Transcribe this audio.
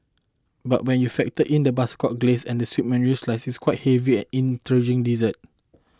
but when you factor in the butterscotch glace and sweet mandarin slices quite heavy intriguing dessert